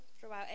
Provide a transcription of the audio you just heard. throughout